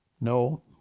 No